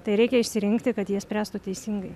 tai reikia išsirinkti kad jie spręstų teisingai